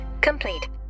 complete